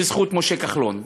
בזכות משה כחלון.